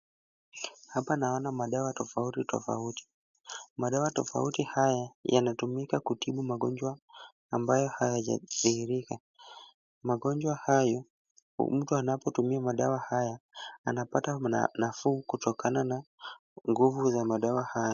Hapa naona madawa tofauti tofauti. Madawa tofauti haya yanatumika kutibu magonjwa ambayo hayaja dhihirika. Magonjwa hayo, mtu anapo tumia madawa haya atapata nafuu kutokana na nguvu za madawa haya.